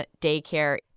daycare